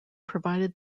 provided